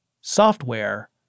software